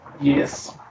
Yes